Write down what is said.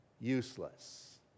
useless